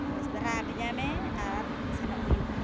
ᱵᱮᱥ ᱫᱷᱟᱨᱟ ᱵᱷᱮᱡᱟᱭᱢᱮ ᱟᱨ ᱥᱮᱱᱚᱜ ᱦᱩᱭᱩᱜᱼᱟ